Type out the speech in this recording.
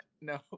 No